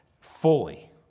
fully